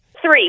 Three